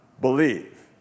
Believe